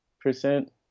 percent